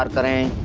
that i